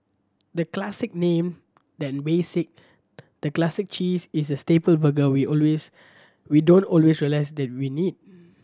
the classic name than basic the Classic Cheese is the staple burger we always we don't always realize that we need